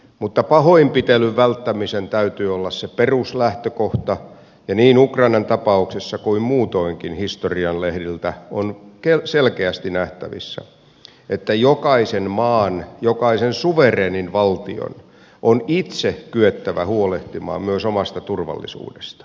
mutta pahoinpitelyn välttämisen täytyy olla se peruslähtökohta ja niin ukrainan tapauksessa kuin muutoinkin historian lehdiltä on selkeästi nähtävissä että jokaisen maan jokaisen suvereenin valtion on itse kyettävä huolehtimaan myös omasta turvallisuudestaan